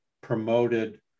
promoted